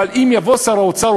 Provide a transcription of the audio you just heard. אבל אם יבוא שר האוצר,